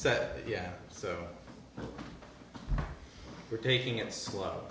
said yeah so we're taking it slow